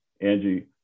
Angie